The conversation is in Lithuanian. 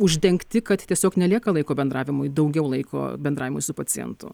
uždengti kad tiesiog nelieka laiko bendravimui daugiau laiko bendravimui su pacientu